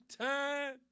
time